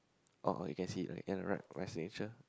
oh oh you can see I'm gonna write my signature